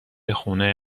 خونه